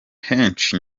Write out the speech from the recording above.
henshi